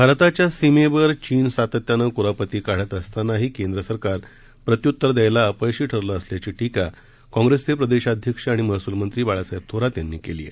भारताच्या सीमेवर चीन सातत्यानं कुरापती काढत असतानाही केंद्र सरकार प्रत्युतर दयायला अपयशी ठरलं असल्याची टीका काँग्रेसचे प्रदेशाध्यक्ष आणि महस्लमंत्री बाळासाहेब थोरात यांनी केली आहे